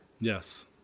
Yes